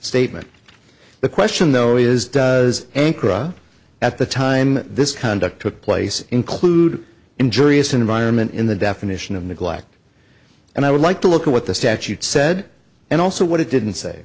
statement the question though is does nkrumah at the time this conduct took place include injurious environment in the definition of neglect and i would like to look at what the statute said and also what it didn't say